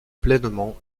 pleinement